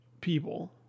people